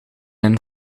een